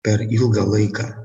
per ilgą laiką